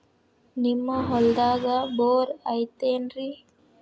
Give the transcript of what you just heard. ನಿಮ್ಮ ಹೊಲ್ದಾಗ ಬೋರ್ ಐತೇನ್ರಿ?